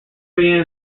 began